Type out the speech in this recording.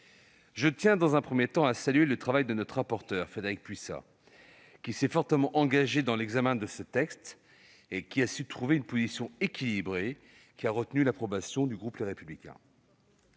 Je tiens tout d'abord à saluer le travail de notre rapporteur, Frédérique Puissat, qui s'est fortement engagée dans l'examen de ce texte. Elle a su trouver une position équilibrée qui a retenu l'approbation du groupe Les Républicains.